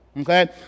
Okay